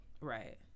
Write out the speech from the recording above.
right